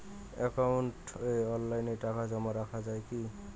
একাউন্টে অনলাইনে টাকা জমা রাখা য়ায় কি?